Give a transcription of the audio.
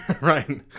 right